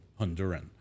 Honduran